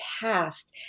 past